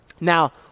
Now